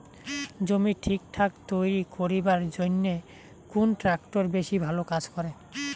জমি ঠিকঠাক তৈরি করিবার জইন্যে কুন ট্রাক্টর বেশি ভালো কাজ করে?